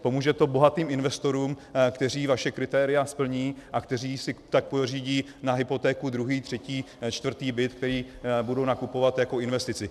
Pomůže to bohatým investorům, kteří vaše kritéria splní a kteří si tak pořídí na hypotéku druhý, třetí, čtvrtý byt, který budu nakupovat jako investici.